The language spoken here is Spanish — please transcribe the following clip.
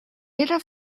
era